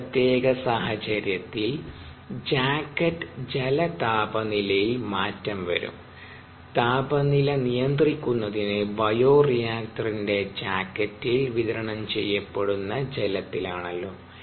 ഈ പ്രത്യേക സാഹചര്യത്തിൽ ജാക്കറ്റ് ജല താപനിലയിൽ മാറ്റം വരും താപനില നിയന്ത്രിക്കുന്നതിന് ബയോറിയാക്ടറിന്റെ ജാക്കറ്റിൽ വിതരണം ചെയ്യപ്പെടുന്ന ജലത്തിലാണല്ലോ